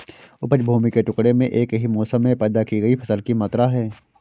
उपज भूमि के टुकड़े में एक ही मौसम में पैदा की गई फसल की मात्रा है